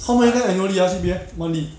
how many annually ah C_P_F monthly